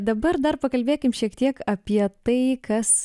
dabar dar pakalbėkim šiek tiek apie tai kas